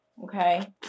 Okay